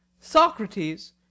Socrates